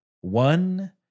one